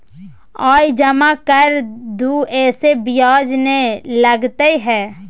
आय जमा कर दू ऐसे ब्याज ने लगतै है?